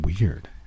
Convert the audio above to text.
Weird